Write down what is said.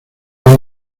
del